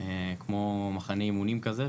כמו מחנה אימונים כזה,